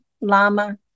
Lama